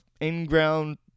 in-ground